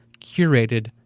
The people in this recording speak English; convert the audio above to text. curated